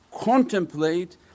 contemplate